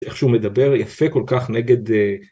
איכשהו מדבר יפה כל כך נגד